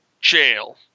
jail